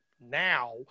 now